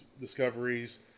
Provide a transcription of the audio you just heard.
discoveries